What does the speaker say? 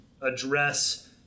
address